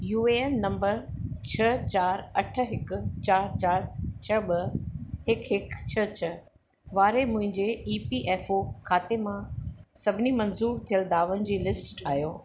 U A N number छह चारि अठ हिकु चारि चारि छह ॿ हिकु हिकु छह छह वारे मुंहिंजे ई पी एफ ओ खाते मां सभिनी मंज़ूरु थियलु दावनि जी लिस्ट ठाहियो